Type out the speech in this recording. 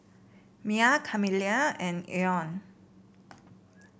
Myah Camille and Olan